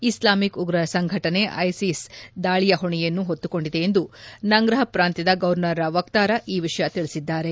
Islamic ಉಗ್ರರ ಸಂಘಟನೆ ISIS ದಾಳಿಯ ಹೊಣೆಯನ್ನು ಹೊತ್ತುಕೊಂಡಿದೆ ಎಂದು ನಂಗ್ರಾಹ್ ಪ್ರಾಂತ್ಲದ ಗೌರ್ನರ್ ವಕ್ತಾರ ಈ ವಿಷಯ ತಿಳಿಸಿದ್ದಾರೆ